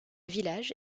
village